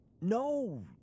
No